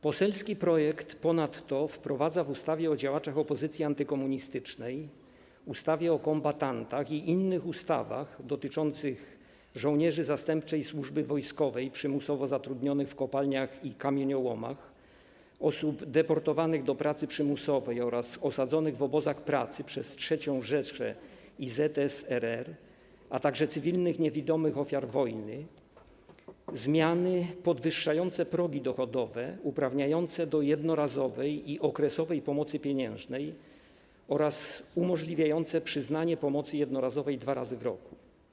Poselski projekt ponadto wprowadza w ustawie o działaczach opozycji antykomunistycznej, ustawie o kombatantach i innych ustawach dotyczących żołnierzy zastępczej służby wojskowej przymusowo zatrudnionych w kopalniach i kamieniołomach, osób deportowanych do pracy przymusowej oraz osadzonych w obozach pracy przez III Rzeszę i ZSRR, a także cywilnych niewidomych ofiar wojny zmiany podwyższające progi dochodowe, uprawniające do jednorazowej i okresowej pomocy pieniężnej oraz umożliwiające przyznanie pomocy jednorazowej dwa razy w roku.